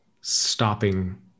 stopping